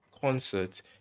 concert